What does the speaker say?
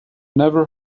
never